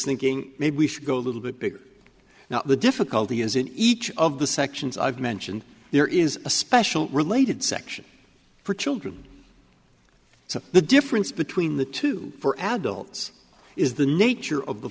thinking maybe we should go a little bit bigger now the difficulty is in each of the sections i've mentioned there is a special related section for children so the difference between the two for adults is the nature of the